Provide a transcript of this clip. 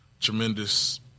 tremendous